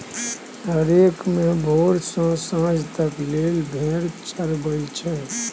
सरेह मे भोर सँ सांझ तक लेल भेड़ चरबई छै